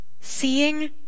seeing